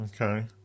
Okay